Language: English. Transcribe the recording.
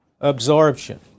absorption